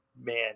man